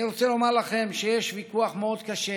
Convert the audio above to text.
אני רוצה לומר לכם שיש ויכוח מאוד קשה